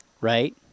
right